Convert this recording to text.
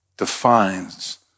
defines